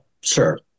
sure